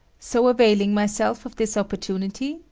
so availing myself of this opportunity,